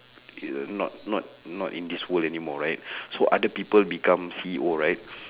is (uh)not not not in this world anymore right so other people become C_E_O right